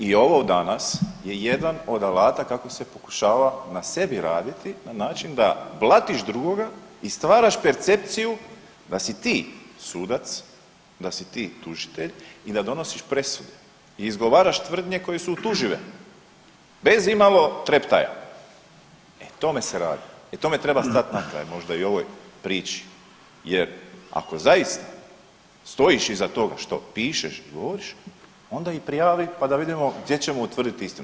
I ovo danas je jedan od alata kako se pokušava na sebi raditi na način da blatiš drugoga i stvaraš percepciju da si ti sudac, da si ti tužitelj i da donosiš presudu i izgovaraš tvrdnje koje su utužive bez imalo treptaja, e o tome se radi, e tome treba stat na kraj, možda i ovoj priči jer ako zaista stojiš iza toga što pišeš i govoriš onda ih prijavi, pa da vidimo gdje ćemo utvrditi istinu.